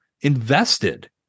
invested